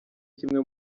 kimwe